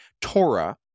Torah